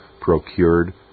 procured